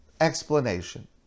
explanation